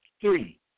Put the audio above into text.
Three